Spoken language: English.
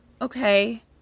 Okay